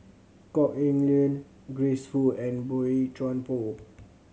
Kok Heng Leun Grace Fu and Boey Chuan Poh